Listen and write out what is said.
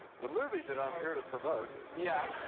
the movie that i'm here to promote yeah